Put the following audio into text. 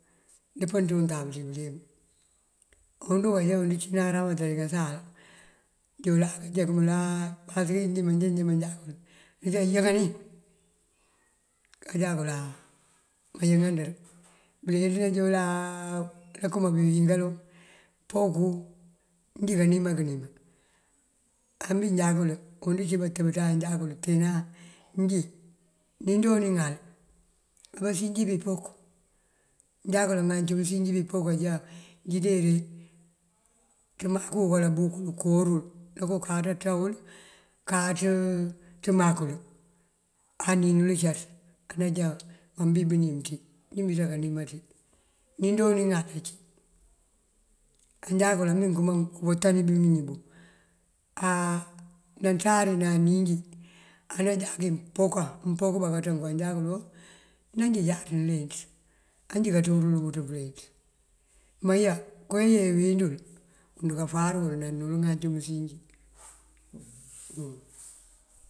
Ndëpën ţí untab ţí bëliyëng awund duka já wund cína aramata dí kasal joola kaţef dula pasëkin manjá njá manjá kul nëjá yëŋanin, kajá kul áa kayëŋandër. Wund kacina joola áa akëma bí këwín kaloŋ poku njí kanima kënima. Ambí já kul awund bí cíba tëb ţañ ajá kul teena njí ní jooni ŋal abasín njí bipok. Ajá kul ŋancu mënsín njí bipok ajá njideeri ţëmak bukal abukul koorul nako káaţ aţa wul káaţ ţëmak kul, anín nul caţ anajá mambí bënim ţí njí biţa kanima ţí. Ní ndooni ŋal ací ajákul amëmbí këma wëţani bëmiñi buŋ áa nanţari ná anín njí anajáka pokan mëmpok bá kaţënku. Ajákul o nanjí jáaţa nëleenţ ají kaţú wul buţ pëleenţ manyá koowí yee wín dul wund kafáar wul ná ŋancu mënsín.